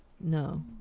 No